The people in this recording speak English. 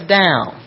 down